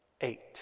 eight